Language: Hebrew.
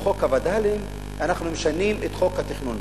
בחוק הווד"לים אנחנו משנים את חוק התכנון והבנייה.